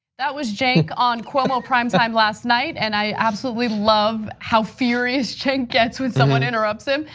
that was cenk on cuomo prime time last night. and i absolutely love how furious cenk gets when someone interrupts him,